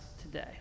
today